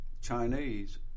Chinese